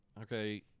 Okay